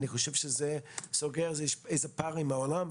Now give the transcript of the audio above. אני חשוב שזה סוגר פער עם העולם.